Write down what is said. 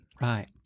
Right